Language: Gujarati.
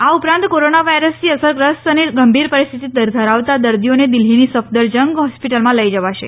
આ ઉપરાંત કોરોના વાયરસથી અસરગ્રસ્ત અને ગંભીર પરિસ્થિતિ ધરાવતા દર્દીઓને દિલ્હીની સફદરજંગ હોસ્પીટલમાં લઇ જવાશે